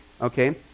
Okay